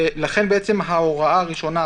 לכן ההוראה הראשונה,